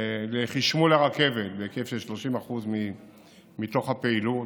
לחשמול הרכבת בהיקף של 30% מתוך הפעילות,